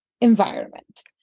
environment